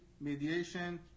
mediation